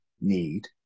need